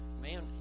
man